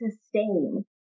sustain